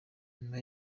nyuma